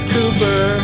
Cooper